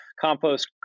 compost